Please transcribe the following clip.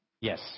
Yes